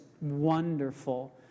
wonderful